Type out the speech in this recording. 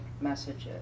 messages